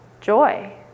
joy